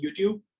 YouTube